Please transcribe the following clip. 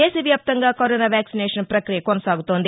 దేశవ్యాప్తంగా corona vaccination ప్రక్రియ కొనసాగుతోంది